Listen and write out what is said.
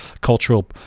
cultural